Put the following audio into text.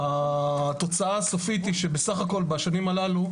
התוצאה הסופית היא שבסך הכל בשנים הללו,